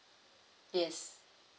yes